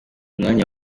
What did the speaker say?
mwanya